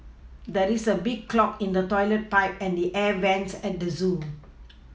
there is a clog in the toilet pipe and the air vents at the zoo